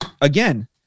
again